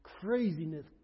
craziness